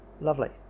lovely